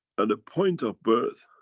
at the point of birth